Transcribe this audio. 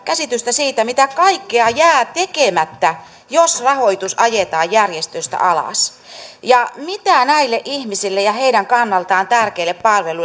käsitystä siitä mitä kaikkea jää tekemättä jos rahoitus ajetaan järjestöistä alas mitä näille ihmisille ja heidän kannaltaan tärkeille palveluille